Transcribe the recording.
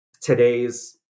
today's